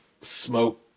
smoke